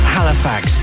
Halifax